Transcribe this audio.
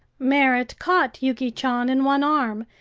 merrit caught yuki chan in one arm,